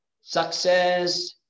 Success